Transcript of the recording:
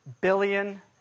billion